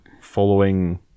following